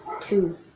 Two